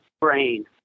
brain